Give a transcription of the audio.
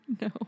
No